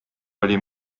oli